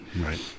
right